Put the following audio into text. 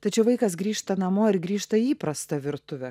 tačiau vaikas grįžta namo ir grįžta į įprastą virtuvę